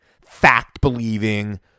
fact-believing